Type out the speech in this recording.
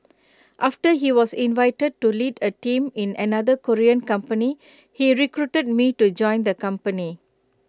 after he was invited to lead A team in another Korean company he recruited me to join the company